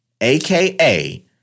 aka